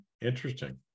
interesting